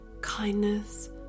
kindness